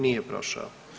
Nije prošao.